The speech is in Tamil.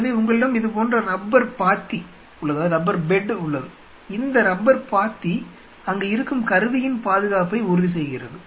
எனவே உங்களிடம் இது போன்ற ரப்பர் பாத்தி உள்ளது இந்த ரப்பர் பாத்தி அங்கு இருக்கும் கருவியின் பாதுகாப்பை உறுதி செய்கிறது